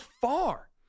far